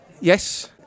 Yes